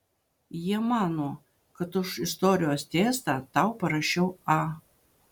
jie mano kad už istorijos testą tau parašiau a